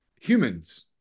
humans